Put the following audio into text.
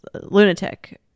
lunatic